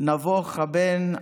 נבוך הבן החם: